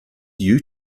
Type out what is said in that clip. you